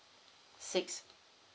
six